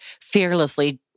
fearlessly